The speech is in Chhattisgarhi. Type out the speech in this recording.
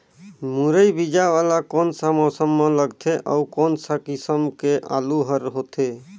मुरई बीजा वाला कोन सा मौसम म लगथे अउ कोन सा किसम के आलू हर होथे?